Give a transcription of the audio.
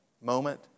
moment